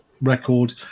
record